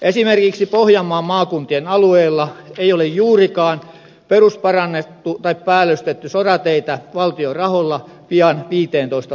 esimerkiksi pohjanmaan maakuntien alueella ei ole juurikaan perusparannettu tai päällystetty sorateitä valtion rahoilla pian viiteentoista vuoteen